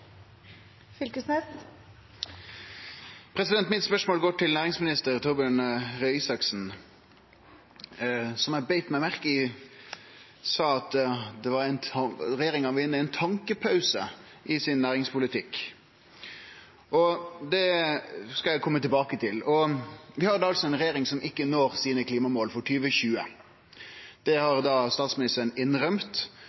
eg beit meg merke i sa at regjeringa var inne i ein «tenkepause» i næringspolitikken. Det skal eg kome tilbake til. Vi har i dag ei regjering som ikkje når klimamåla sine for 2020. Det har statsministeren innrømt. Og det